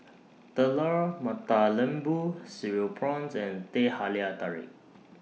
Telur Mata Lembu Cereal Prawns and Teh Halia Tarik